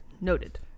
noted